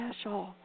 special